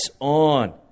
on